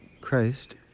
Christ